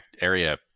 area